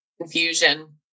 confusion